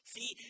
See